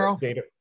data